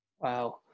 Wow